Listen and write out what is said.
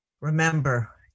Remember